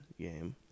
game